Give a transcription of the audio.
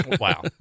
Wow